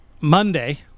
Monday